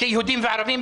כיהודים וערבים,